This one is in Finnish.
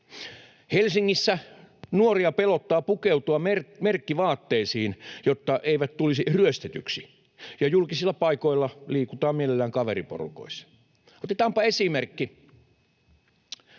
Helsingissä nuoria pelottaa pukeutua merkkivaatteisiin, jotta eivät tulisi ryöstetyiksi, ja julkisilla paikoilla liikutaan mielellään kaveriporukoissa. Otetaanpa esimerkki.